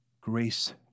grace